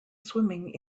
swimming